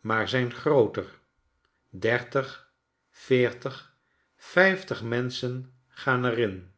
maar zijn grooter dertig veertig vijftig menschen gaan er iri